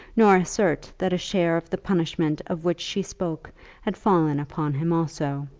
nor assert that a share of the punishment of which she spoke had fallen upon him also.